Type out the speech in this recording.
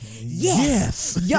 yes